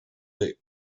the